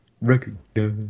Recognize